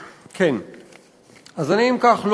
אז אם כך,